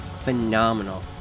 phenomenal